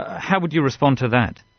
how would you respond to that?